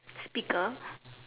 speaker